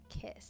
Kiss